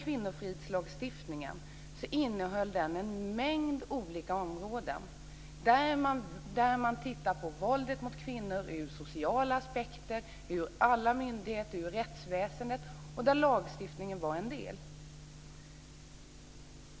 Kvinnofridslagstiftningen innehåller en mängd olika områden, där man tittar på våldet mot kvinnor ur sociala aspekter, från alla myndigheters och rättsväsendets aspekter, och där lagstiftningen är en del.